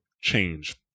change